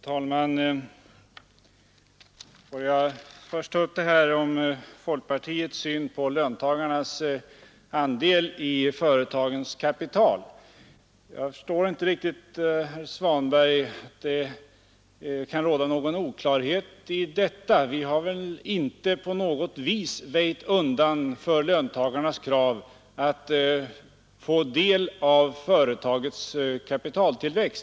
Herr talman! Får jag först ta upp frågan om folkpartiets syn på löntagarnas andel av företagens kapital. Jag förstår inte riktigt, herr Svanberg, att det kan råda någon oklarhet där. Vi har väl inte på något vis väjt undan för löntagarnas krav att få del av företagens kapitaltillväxt.